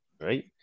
right